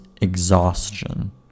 exhaustion